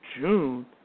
June